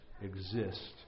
exist